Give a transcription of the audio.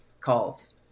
calls